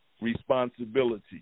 responsibility